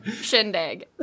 shindig